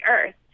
earth